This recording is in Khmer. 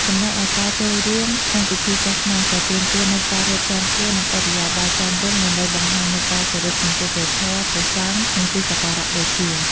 ចំណែកឯ ការចូលរួមក្នុងពិធីសាសនា ក៏ទាមទារនូវការរៀបចំខ្លួន និងឥរិយាបថសមរម្យ ដើម្បីបង្ហាញនូវការគោរពចំពោះព្រះធម៌ ព្រះសង្ឃ និងទីសក្ការៈបូជា។